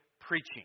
preaching